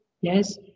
yes